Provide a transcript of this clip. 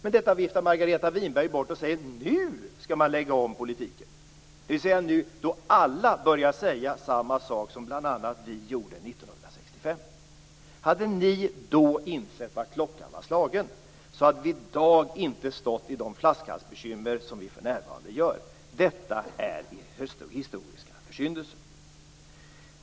Margareta Winberg viftar bort detta och säger att man nu skall lägga om politiken - dvs. nu när alla börjar säga samma sak som bl.a. vi gjorde 1995. Hade ni då insett vad klockan var slagen, hade vi i dag inte haft de flaskhalsbekymmer som vi för närvarande har. Detta är en historisk försyndelse.